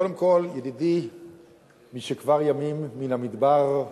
קודם כול, ידידי משכבר ימים, מן המדבר,